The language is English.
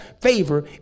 favor